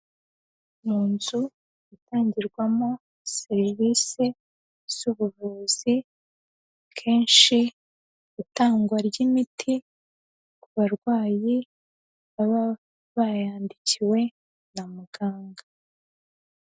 Mu nzu itangirwamo serivisi z'ubuvuzi akenshi itangwa ry'imiti ku barwayi baba bayandikiwe na muganga.